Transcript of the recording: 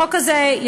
החוק הזה,